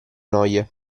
noie